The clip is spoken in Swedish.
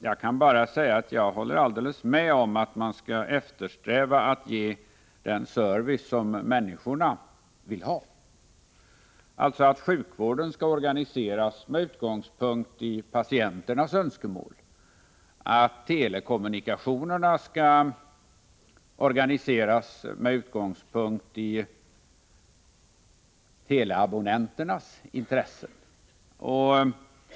Jag kan bara säga att jag håller alldeles med om att man skall eftersträva att ge den service som människor vill ha, alltså att sjukvården skall organiseras med utgångspunkt i patienternas önskemål, att telekommunikationerna skall organiseras med utgångspunkt i teleabonnenternas intresse.